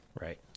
Right